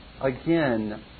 again